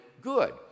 good